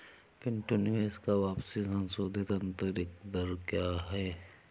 पिंटू निवेश का वापसी संशोधित आंतरिक दर क्या है?